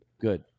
Good